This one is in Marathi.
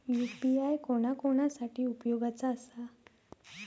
यू.पी.आय कोणा कोणा साठी उपयोगाचा आसा?